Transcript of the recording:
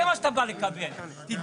זה מה שאתה בא לקבל, תתבייש.